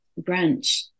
brunch